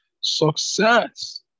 success